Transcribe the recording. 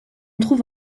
trouve